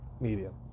medium